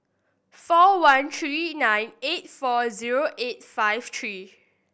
four one three nine eight four zero eight five three